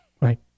Right